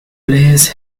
plays